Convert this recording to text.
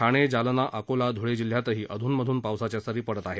ठाणे जालना अकोला ध्ळे जिल्ह्यातही अध्नमधून पावसाच्या सरी पडत आहेत